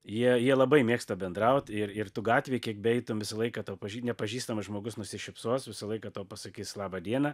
jie jie labai mėgsta bendraut ir ir tu gatvėj kiek beeitum visą laiką tau nepažįstamas žmogus nusišypsos visą laiką tau pasakys laba diena